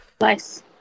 Nice